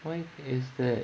why is that